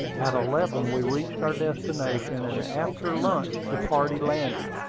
at eleven we reached our destination and after lunch the party landed,